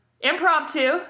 impromptu